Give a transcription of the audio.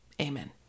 Amen